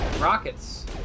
Rockets